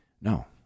no